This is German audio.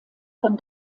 von